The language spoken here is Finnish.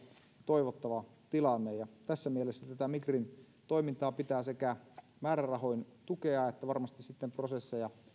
toivottava tilanne tässä mielessä tätä migrin toimintaa pitää sekä määrärahoin tukea että varmasti sitten prosesseja